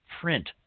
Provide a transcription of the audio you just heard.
print